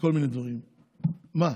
בכל מיני דברים, מה,